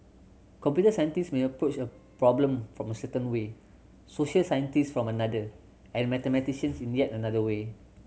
computer scientists may approach a problem from a certain way social scientists from another and mathematicians in yet another way